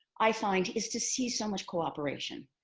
i find, is to see so much cooperation,